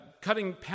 cutting